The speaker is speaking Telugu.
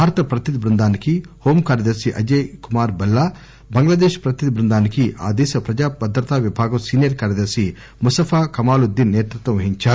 భారత ప్రతినిధి బృందానికి హోం కార్యదర్శి అజయ్ కుమార్ బల్లా బంగ్లాదేశ్ ప్రతినిధి బృందానికి ఆ దేశ ప్రజా భద్రతా విభాగం సీనియర్ కార్యదర్శి ముస్తఫా కమాలుద్దీన్ సేతృత్వం వహించారు